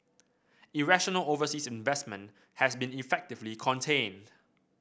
irrational overseas investment has been effectively contained